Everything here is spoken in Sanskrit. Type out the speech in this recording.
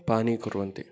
पानी कुर्वन्ति